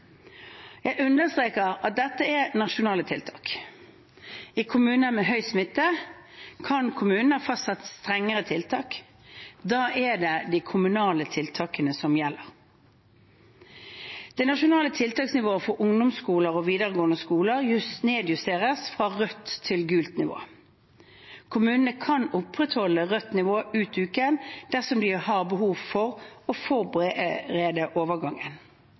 Jeg understreker at dette er nasjonale tiltak. I kommuner med høy smitte kan kommunen fortsatt ha strengere tiltak. Da er det de kommunale tiltakene som gjelder. Det nasjonale tiltaksnivået for ungdomsskoler og videregående skoler nedjusteres fra rødt til gult nivå. Kommunene kan opprettholde rødt nivå ut uken dersom de har behov for å forberede overgangen.